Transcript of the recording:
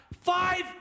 five